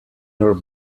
your